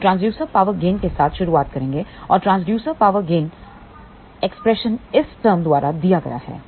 हम transducer power gain के साथ शुरुआत करेंगे और ट्रांसड्यूसर पॉवर गेन एक्सप्रेशन इस टरम द्वारा यहां दिया गया है